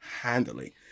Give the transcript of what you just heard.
handily